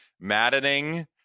maddening